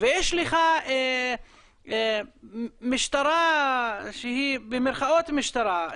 ויש לך משטרה שהיא במרכאות משטרה,